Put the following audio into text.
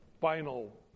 final